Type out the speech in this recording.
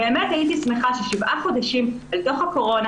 באמת הייתי שמחה ששבעה חודשים אל תוך הקורונה,